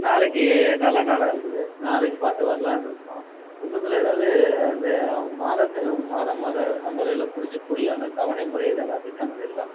நாளைக்கு நல்ல நாளாக இருக்குது நாளைக்கு பார்த்து வரலாம்னு இருக்கோம் உங்களுதில் ஏதாவது இது மாதத்து மாதம் மாதம் சம்பளமில் பிடிச்சிக்கக்கூடிய அந்த தவணை முறைகள் எதாவது திட்டங்கள் இருக்கா